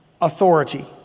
authority